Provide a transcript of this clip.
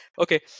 Okay